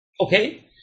Okay